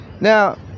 Now